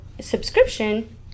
subscription